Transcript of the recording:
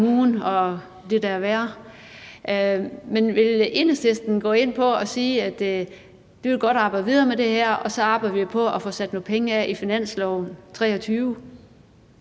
det, der er værre. Men vil Enhedslisten gå med til at sige, at de godt vil arbejde videre med det her og vi så arbejder på at få sat nogle penge af til det på finansloven 2023?